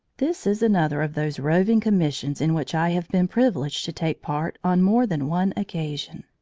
this is another of those roving commissions in which i have been privileged to take part on more than one occasion.